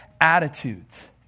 attitudes